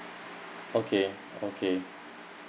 okay okay